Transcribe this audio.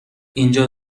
اینجا